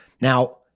Now